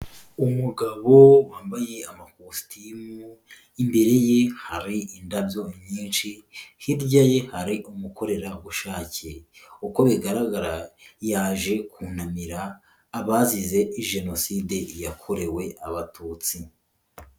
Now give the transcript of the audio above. Umugabo wambaye amakositimu, imbere ye hari indabyo nyinshi, hirya ye hari umukorerabushake. Uko bigaragara yaje kunamira abazize Jenoside yakorewe Abatutsi.